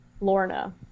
lorna